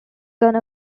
gone